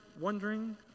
wondering